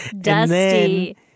Dusty